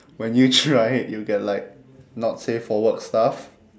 when you try it you get like not say for work stuff